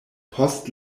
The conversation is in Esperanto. post